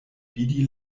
vidi